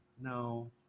No